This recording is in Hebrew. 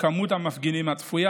מספר המפגינים הצפוי,